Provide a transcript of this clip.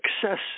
success